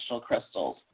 crystals